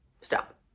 stop